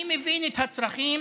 אני מבין את הצרכים